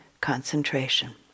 concentration